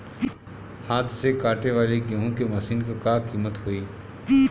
हाथ से कांटेवाली गेहूँ के मशीन क का कीमत होई?